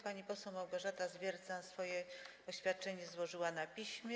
Pani poseł Małgorzata Zwiercan swoje oświadczenie złożyła na piśmie.